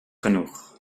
genoeg